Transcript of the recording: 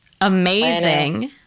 Amazing